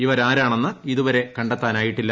ഇവരാരാണെന്ന് ഇതുവരെ കണ്ടെത്താനായിട്ടില്ല